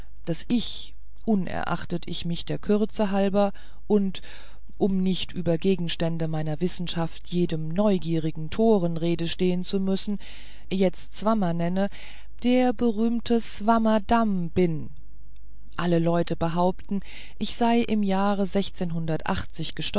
daß ich unerachtet ich mich der kürze halber und um nicht über gegenstände meiner wissenschaft jedem neugierigen toren rede stehen zu müssen jetzt swammer nenne der berühmte swammerdamm bin alle leute behaupten ich sei im jahre